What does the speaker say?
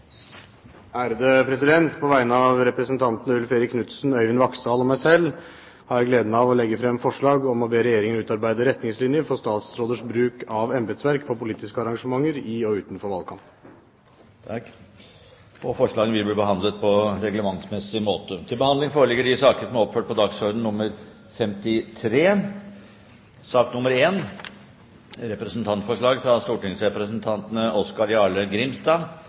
På vegne av representantene Ulf Erik Knudsen, Øyvind Vaksdal og meg selv har jeg gleden av å legge frem forslag om statsråders bruk av embetsverk på politiske arrangementer i og utenfor valgkamp. Forslagene vil bli behandlet på reglementsmessig måte. Etter ønske fra energi- og miljøkomiteen vil presidenten foreslå at taletiden begrenses til